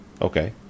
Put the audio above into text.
Okay